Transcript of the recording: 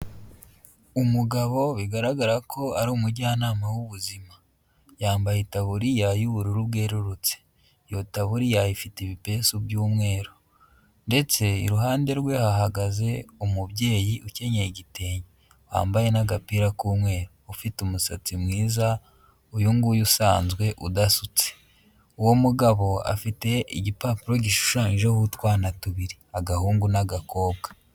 Umugabo bigaragara ko ari umujyanama w'ubuzima, yambaye itaburiya y'ubururu bwerurutse, iyo taburiya ifite ibipesu by'umweru ndetse iruhande rwe hahagaze umubyeyi ukenyeye igitenge, wambaye n'agapira k'umweru, ufite umusatsi mwiza uyu nguyu usanzwe udasutse, uwo mugabo afite igipapuro gishushanyijeho utwana tubiri, agahungu n'agakobwa.